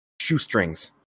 shoestrings